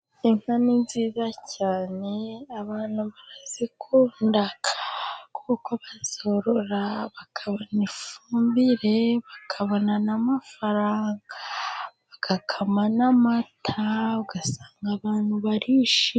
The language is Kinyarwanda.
Inka ni nziza cyane abantu barazikunda, kuko bazorora, bakabona ifumbire, bakabona n'amafaranga, bagakama n'amata, ugasanga abantu barishimye.